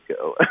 go